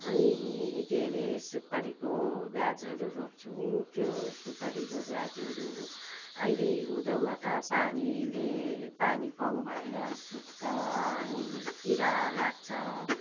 अनि के रे सुपारीको गाछहरू रोप्छौँ त्यो सुपारीको गाछहरू अहिले हिउँदमा त पानीले पानी कम भएर सुक्छ अनि किरा लाग्छ